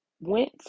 went